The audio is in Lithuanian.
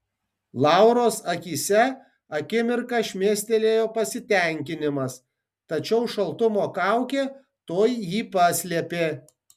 lauros akyse akimirką šmėstelėjo pasitenkinimas tačiau šaltumo kaukė tuoj jį paslėpė